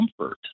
comfort